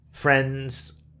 Friends